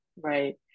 right